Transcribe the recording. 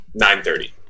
9.30